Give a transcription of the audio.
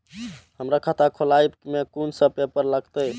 हमरा खाता खोलाबई में कुन सब पेपर लागत?